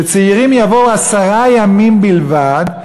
שצעירים יבואו לעשרה ימים בלבד,